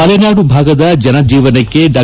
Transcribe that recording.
ಮಲೆನಾಡು ಭಾಗದ ಜನಜೀವನಕ್ಕೆ ಡಾ